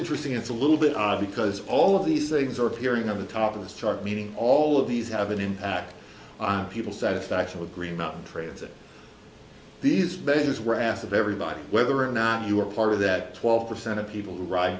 interesting it's a little bit odd because all of these things are appearing on the top of this chart meaning all of these have an impact on people's satisfaction with green mountain trails that these bases were asked of everybody whether or not you are part of that twelve percent of people who ride